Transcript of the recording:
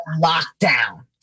lockdown